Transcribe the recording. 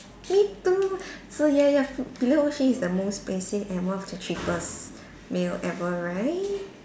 me too so ya ya Filet-O-Fish is the most basic and one of the cheapest meal ever right